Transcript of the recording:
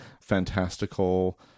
fantastical